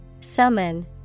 summon